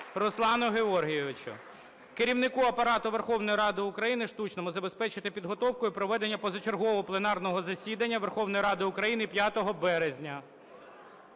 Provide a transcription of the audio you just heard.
Руслану Георгійовичу. Керівнику Апарату Верховної Ради України Штучному забезпечити підготовку і проведення позачергового пленарного засідання Верховної Ради України 5 березня.